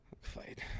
fight